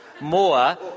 more